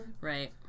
Right